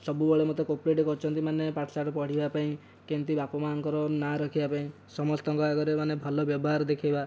ସବୁବେଳେ ମୋତେ କୋପୋରେଟ୍ କରିଛନ୍ତି ମାନେ ପାଠ ଶାଠ ପଢ଼ିବା ପାଇଁ କେମିତି ବାପା ମା'ଙ୍କର ନାଁ ରଖିବା ପାଇଁ ସମସ୍ତଙ୍କ ଆଗରେ ମାନେ ଭଲ ବ୍ୟବହାର ଦେଖାଇବା